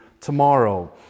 tomorrow